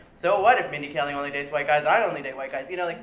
so what if mindy kaling only dates white guys? i only date white guys. you know, like,